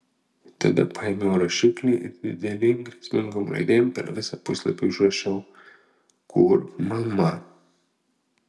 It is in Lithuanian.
tada paėmiau rašiklį ir didelėm grėsmingom raidėm per visą puslapį užrašiau kur mama